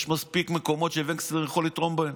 יש מספיק מקומות שווקסנר יכול לתרום בהם,